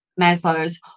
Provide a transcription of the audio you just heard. Maslow's